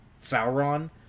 Sauron